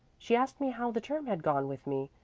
she asked me how the term had gone with me,